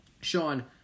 Sean